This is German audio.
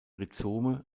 rhizome